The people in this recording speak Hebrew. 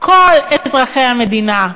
כל אזרחי המדינה: